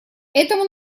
этому